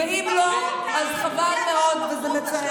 אומץ לחזור הביתה ולהסתכל לציבור ולעצמך בעיניים.